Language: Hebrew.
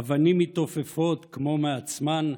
אבנים מתעופפות, כמו מעצמן,